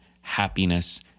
happiness